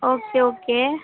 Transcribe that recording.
okay okay